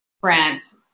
France